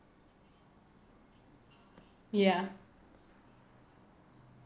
ya